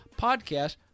podcast